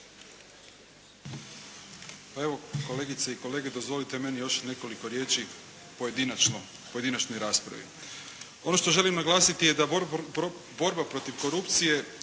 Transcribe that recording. Evo kolegice i kolege, dozvolite meni još nekoliko riječi pojedinačno, u pojedinačnoj raspravi. Ono što želim naglasiti da borba protiv korupcije